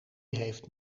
heeft